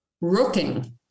Rooking